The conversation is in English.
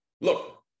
look